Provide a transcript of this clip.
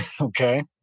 Okay